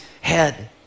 head